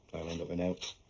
end up and out.